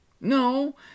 No